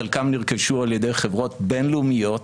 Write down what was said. חלקם נרכשו על ידי חברות בין-לאומיות